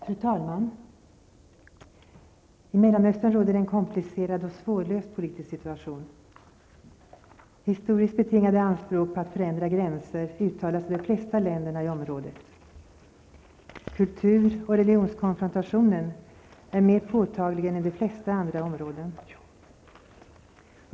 Fru talman! I Mellanöstern råder en komplicerad och svårlöst politisk situation. Historiskt betingade anspråk på att förändra gränser uttalas av de flesta länderna i området. Kultur och religionskonfrontationen är mer påtaglig än i de flesta andra områden.